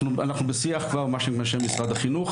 אנחנו בשיח עם אנשי משרד החינוך.